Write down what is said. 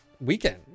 weekend